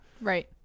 right